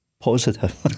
positive